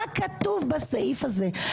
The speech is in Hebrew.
מה כתוב בסעיף הזה?